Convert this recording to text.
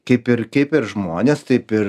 kaip ir kaip ir žmonės taip ir